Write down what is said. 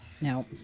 no